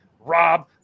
rob